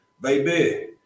baby